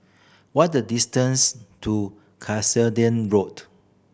what is the distance to Cuscaden Road